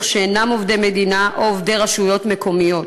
שאינם עובדי המדינה או עובדי רשויות מקומיות,